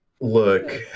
look